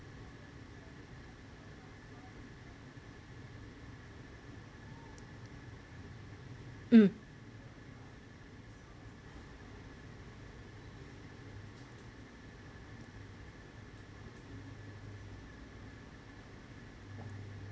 mm